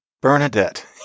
Bernadette